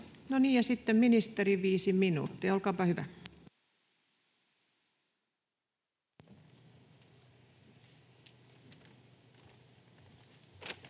No niin. — Ja sitten ministeri, viisi minuuttia, olkaapa hyvä. [Speech